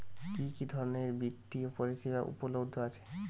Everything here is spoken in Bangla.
কি কি ধরনের বৃত্তিয় পরিসেবা উপলব্ধ আছে?